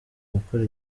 gukora